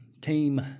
team